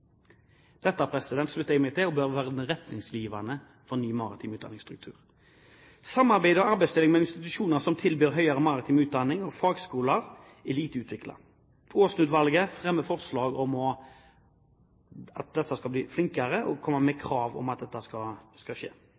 slutter jeg meg til. Det bør være retningsgivende for en ny maritim utdanningsstruktur. Samarbeidet og arbeidsdelingen mellom institusjoner som tilbyr høyere maritim utdanning, og fagskoler er lite utviklet. Aasen-utvalget fremmer forslag om at man her bør bli flinkere, og komme med krav om at dette må skje.